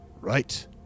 Right